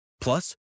Plus